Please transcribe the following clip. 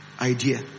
idea